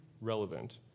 relevant